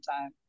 time